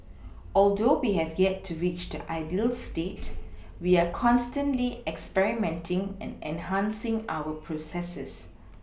although we have yet to reach the ideal state we are constantly experimenting and enhancing our processes